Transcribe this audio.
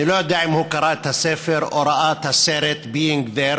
אני לא יודע אם הוא קרא את הספר או ראה את הסרט Being There,